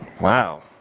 Wow